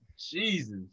jesus